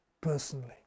personally